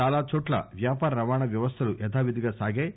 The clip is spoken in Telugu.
చాలాచోట్ల వ్యాపార రవాణా వ్యవస్థలు యధావిధిగా సాగాయి